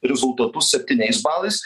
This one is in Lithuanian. rezultatus septyniais balais